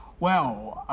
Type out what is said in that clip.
well,